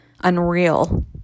unreal